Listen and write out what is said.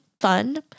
fun